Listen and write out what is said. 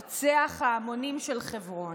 רוצח ההמונים של חברון.